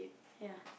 ya